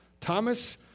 Thomas